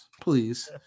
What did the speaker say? please